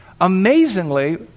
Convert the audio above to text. amazingly